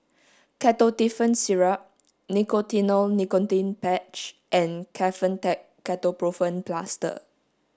Ketotifen Syrup Nicotinell Nicotine Patch and Kefentech Ketoprofen Plaster